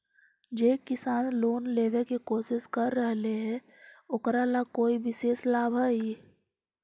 जे किसान लोन लेवे के कोशिश कर रहल बा ओकरा ला कोई विशेष लाभ हई?